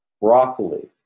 broccoli